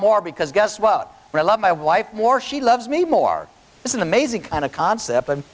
more because guess what i love my wife more she loves me more it's an amazing kind of concept and